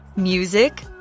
Music